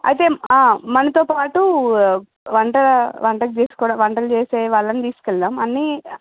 అయితే మనతో పాటు వంటా వంటలు చేసుకోవడం వంటలు చేసే వాళ్ళను తీసుకు వెళదాం అన్నీ